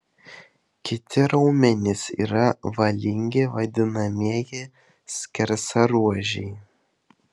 kiti raumenys yra valingi vadinamieji skersaruožiai